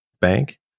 Bank